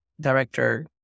director